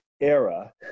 era